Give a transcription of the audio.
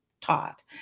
taught